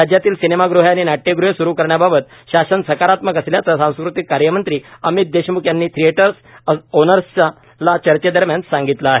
राज्यातील सिनेमागृहे आणि नाट्यगृहे स्रु करण्याबाबत शासन सकारात्मक असल्याचे सांस्कृतिक कार्यमंत्री अमित देशम्ख यांनी थिएटर्स ओनर्सना चर्चेदरम्यान सांगितल आहे